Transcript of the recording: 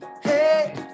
hey